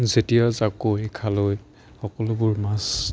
যেতিয়া জাকৈ খালৈ সকলোবোৰ মাছ